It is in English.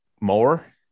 more